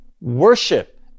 worship